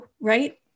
Right